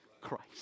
Christ